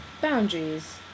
boundaries